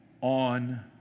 on